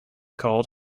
called